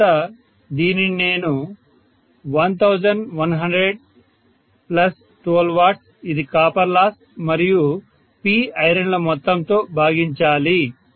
తరువాత దీనిని నేను 1100 12 W ఇది కాపర్ లాస్ మరియు Pironల మొత్తం తో భాగించాలి